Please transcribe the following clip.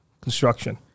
construction